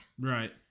Right